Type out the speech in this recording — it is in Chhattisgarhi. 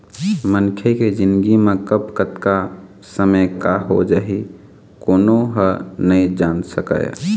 मनखे के जिनगी म कब, कतका समे का हो जाही कोनो ह नइ जान सकय